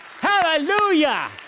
hallelujah